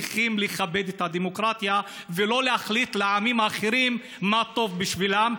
צריכים לכבד את הדמוקרטיה ולא להחליט לעמים אחרים מה טוב בשבילם.